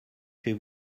chez